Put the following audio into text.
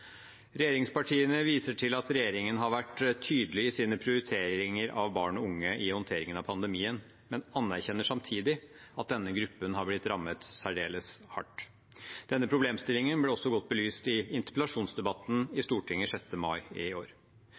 Regjeringspartiene viser til at regjeringen har vært tydelig i sine prioriteringer av barn og unge i håndteringen av pandemien, men anerkjenner samtidig at denne gruppen har blitt rammet særdeles hardt. Denne problemstillingen ble også godt belyst i interpellasjonsdebatten i Stortinget 6. mai i år.